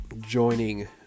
joining